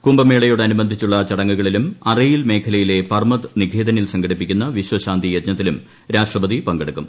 കുംഭമേളയോടനുബന്ധിച്ചുള്ള ചടങ്ങുകളിലും അറെയിൽ മേഖലയിലെ പർമത് നികേതനിൽ സംഘടിപ്പിക്കുന്ന വിശ്വ ശാന്തി യജ്ഞത്തിലും രാഷ്ട്രപതി പങ്കെടുക്കും